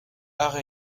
art